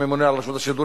הממונה על רשות השידור,